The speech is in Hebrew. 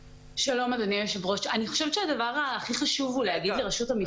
אני חושבת שהדבר הכי חשוב הוא להגיד לרשות המסים